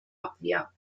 abwehr